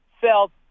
felt